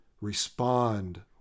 Respond